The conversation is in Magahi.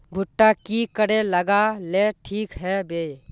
भुट्टा की करे लगा ले ठिक है बय?